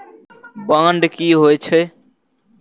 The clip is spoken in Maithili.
बांड की होई छै?